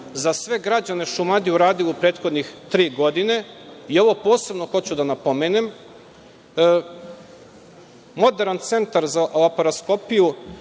za sve građane Šumadije uradili u prethodne tri godine, i ovo posebno hoću da napomenem, moderan centar za laparaskopiju,